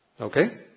okay